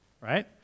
right